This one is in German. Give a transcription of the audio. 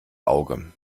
auge